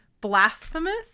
Blasphemous